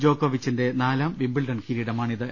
ജോക്കോവിച്ചിന്റെ നാലാം വിംബിൾഡൺ കിരീടമാണിത്